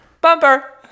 Bumper